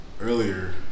earlier